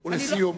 ולסיום.